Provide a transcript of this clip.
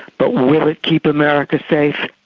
but will it keep america safe?